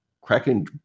cracking